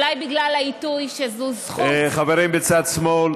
אולי בגלל העיתוי, זו זכות, חברים בצד שמאל,